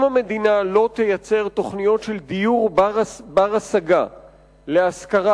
אם המדינה לא תייצר תוכניות של דיור בר-השגה להשכרה